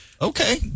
Okay